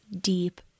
deep